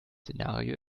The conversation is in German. szenario